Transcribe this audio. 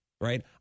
Right